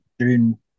june